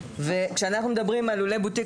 כאשר אנחנו מדברים על לולי בוטיק,